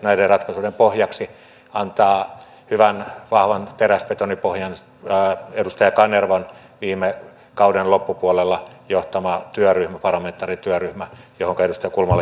näiden ratkaisujen pohjaksi antaa hyvän vahvan teräsbetonipohjan edustaja kanervan viime kauden loppupuolella johtama parlamentaarinen työryhmä johon edustaja kulmalakin tässä viittasi